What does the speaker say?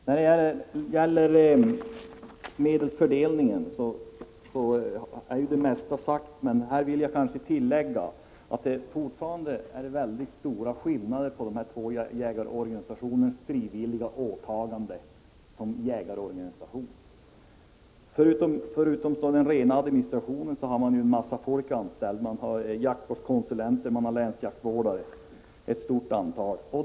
När det gäller medelsfördelningen har det mesta sagts, men jag vill tillägga att det fortfarande är mycket stora skillnader mellan de två jägarorganisationernas frivilliga åtaganden som jägarorganisationer. Förutom för den rena administrationen har man ett stort antal människor anställda, t.ex. jaktvårdskonsulenter och länsjaktvårdare.